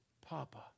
Papa